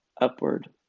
upward